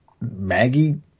Maggie